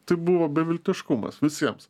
tai buvo beviltiškumas visiems